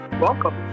Welcome